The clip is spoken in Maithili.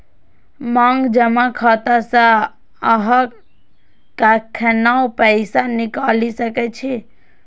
मांग जमा खाता सं अहां कखनो पैसा निकालि सकै छी